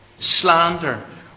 slander